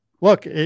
Look